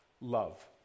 love